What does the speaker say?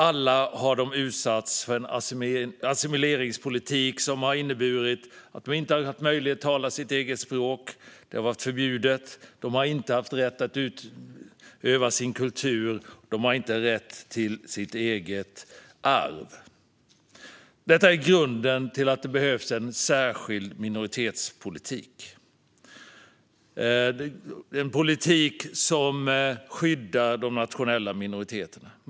Alla har de utsatts för en assimileringspolitik som har inneburit att de har varit förbjudna att tala sitt eget språk. De har inte haft rätt att utöva sin kultur, och de har inte rätt till sitt eget arv. Detta är grunden till att det behövs en särskilt minoritetspolitik, en politik som skyddar de nationella minoriteterna.